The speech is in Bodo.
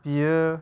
बियो